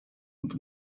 und